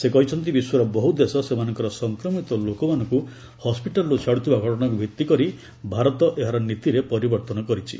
ସେ କହିଛନ୍ତି ବିଶ୍ୱର ବହୁ ଦେଶ ସେମାନଙ୍କର ସଂକ୍ରମିତ ଲୋକମାନଙ୍କୁ ହସ୍କିଟାଲ୍ରୁ ଛାଡୁଥିବା ଘଟଣାକୁ ଭିତ୍ତି କରି ଭାରତ ଏହାର ନୀତିରେ ପରିବର୍ତ୍ତନ କରିଛି